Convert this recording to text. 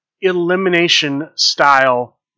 elimination-style